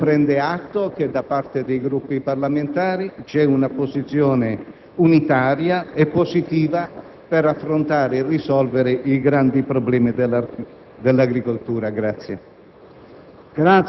il Governo prende atto che, da parte dei Gruppi parlamentari, vi è una posizione unitaria e positiva per affrontare e risolvere i grandi problemi dell'agricoltura.